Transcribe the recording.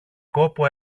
κόπο